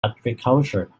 agriculture